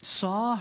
saw